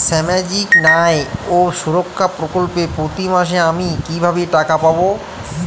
সামাজিক ন্যায় ও সুরক্ষা প্রকল্পে প্রতি মাসে আমি কিভাবে টাকা পাবো?